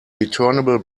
returnable